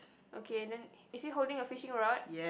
okay then is he holding a fishing rod